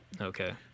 Okay